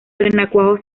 renacuajos